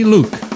Luke